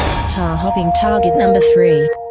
star hopping target and three